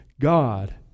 God